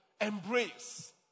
embrace